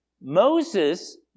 Moses